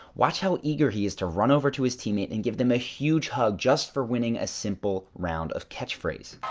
watch how eager he is to run over to his teammate and give them a huge hug just for winning a simple round of catchphrase.